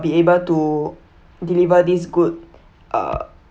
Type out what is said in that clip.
be able to deliver this good uh